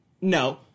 No